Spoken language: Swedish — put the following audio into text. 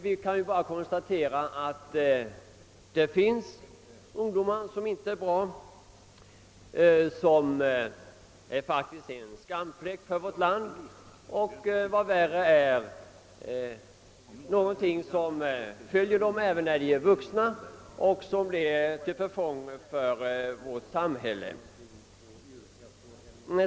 Vi kan bara konstatera att det finns ungdomar som inte är bra, som faktiskt är en skamfläck för vårt land och vad värre är fortsätter att vara det även när de är vuxna, till förfång för vårt samhälle.